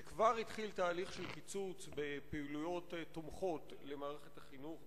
שכבר התחיל תהליך של קיצוץ בפעילויות תומכות למערכת החינוך,